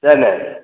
சரிண்ணே